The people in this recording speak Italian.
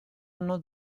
anno